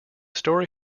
story